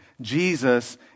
Jesus